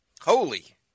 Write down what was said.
Holy